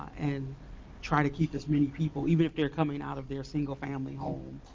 and try to keep as many people, even if they are coming out of their single family home,